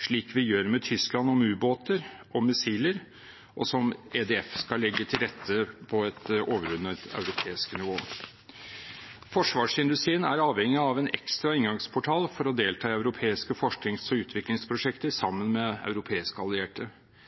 slik vi gjør med Tyskland om ubåter og missiler, og som EDF skal legge til rette for på et overordnet europeisk nivå. Forsvarsindustrien er avhengig av en ekstra inngangsportal for å delta i europeiske forsknings- og utviklingsprosjekter sammen med europeiske allierte.